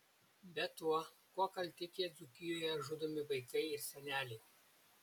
be to kuo kalti tie dzūkijoje žudomi vaikai ir seneliai